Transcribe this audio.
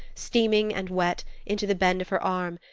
steaming and wet, into the bend of her arm,